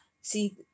See